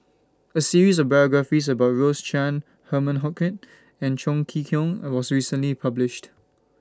A series of biographies about Rose Chan Herman Hochstadt and Chong Kee Hiong was recently published